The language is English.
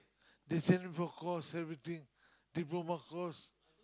they send me for course everything diploma course